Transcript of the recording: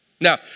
Now